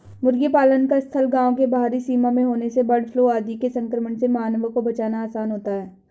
मुर्गी पालन का स्थल गाँव के बाहरी सीमा में होने से बर्डफ्लू आदि के संक्रमण से मानवों को बचाना आसान होता है